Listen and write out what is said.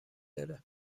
داره